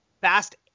Fast